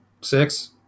Six